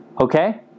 Okay